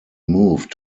moved